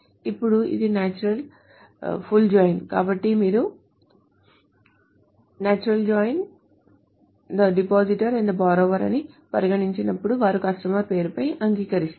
ఇప్పుడు ఇది natural full join కాబట్టి మీరు natural join the depositor and the borrower table అని పరిగణించినప్పుడు వారు కస్టమర్ పేరుపై అంగీకరిస్తారు